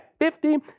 50